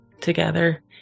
together